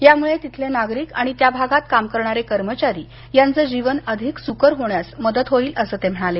यामुळे तिथले नागरिक आणि त्या भागात काम करणारे कर्मचारी यांचं जीवन अधिक सुकर होण्यास मदत होईल अस त्यांनी सांगितलं